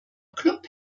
club